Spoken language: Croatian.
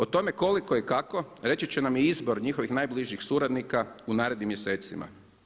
O tome koliko i kako reći će nam i izbor njihovih najbližih suradnika u narednim mjesecima.